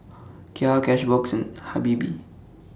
Kia Cashbox and Habibie